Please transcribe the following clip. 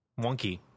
wonky